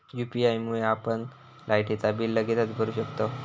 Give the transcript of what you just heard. UPI मुळे आपण लायटीचा बिल लगेचच भरू शकतंव